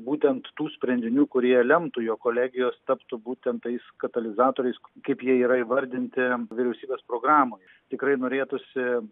būtent tų sprendinių kurie lemtų jog kolegijos taptų būtent tais katalizatorius kaip jie yra įvardinti vyriausybės programoj tikrai norėtųsi